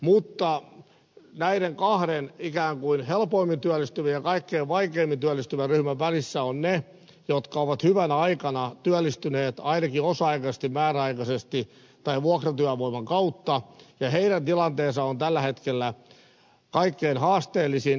mutta näiden kahden ryhmän ikään kuin helpoimmin työllistyvän ja kaikkien vaikeimmin työllistyvän välissä ovat ne jotka ovat hyvänä aikana työllistyneet ainakin osa aikaisesti määräaikaisesti tai vuokratyövoiman kautta ja heidän tilanteensa on tällä hetkellä kaikkein haasteellisin